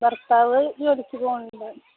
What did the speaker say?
ഭർത്താവ് ജോലിക്ക് പോകുന്നുണ്ട്